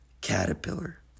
caterpillar